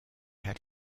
had